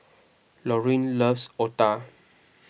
Lauryn loves Otah